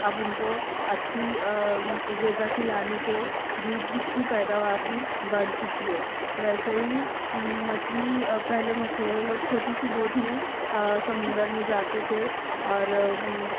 اب ان کو اچھی غذا کھلانے سے دودھ کی پیداوار بھی بڑھ چکی ہے ویسے ہی مچھلی پہلے مچھیرے لوگ چھوٹی سی بوٹ میں سمندر میں جاتے تھے اور